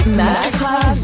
masterclass